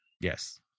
yes